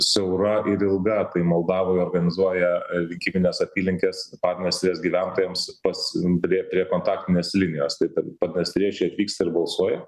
siaura ir ilga tai moldavai organizuoja rinkimines apylinkes padniestrės gyventojams pas prie prie kontaktinės linijos tai pad padniestriečiai vyksta ir balsuoja